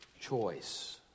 choice